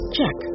Check